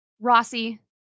Rossi